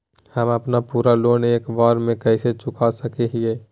हम अपन पूरा लोन एके बार में कैसे चुका सकई हियई?